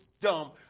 dumb